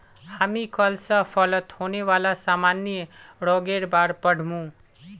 हामी कल स फलत होने वाला सामान्य रोगेर बार पढ़ मु